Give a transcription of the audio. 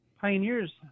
pioneers